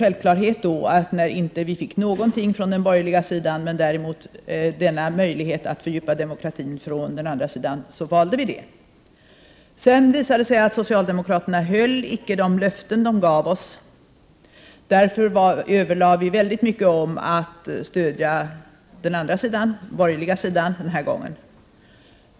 När vi då inte fick någonting från den borgerliga sidan men däremot denna möjlighet att fördjupa demokratin från den andra sidan, var det en självklarhet att vi valde socialdemokraterna. Sedan visade det sig att socialdemokraterna inte höll de löften som de gav oss. Därför överlade vi mycket om att stödja den borgerliga sidan den här gången.